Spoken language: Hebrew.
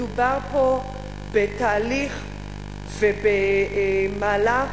מדובר פה בתהליך ובמהלך